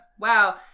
Wow